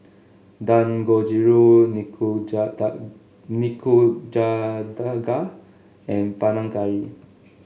Dangojiru Nikujaga and Panang Curry